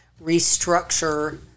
restructure